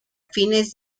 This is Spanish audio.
fines